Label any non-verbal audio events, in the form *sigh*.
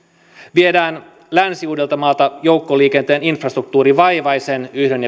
viedään länsi uudeltamaalta joukkoliikenteen infrastruktuuri vaivaisen yhden *unintelligible*